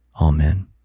Amen